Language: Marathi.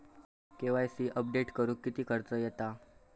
के.वाय.सी अपडेट करुक किती खर्च येता?